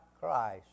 Christ